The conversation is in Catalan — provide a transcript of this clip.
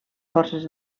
forces